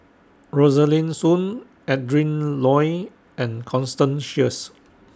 Rosaline Soon Adrin Loi and Constance Sheares